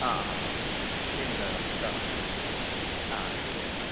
ആ ആ ആ ശരി സാർ എന്നാ കാണാം ആ ശരിയേട്ടാ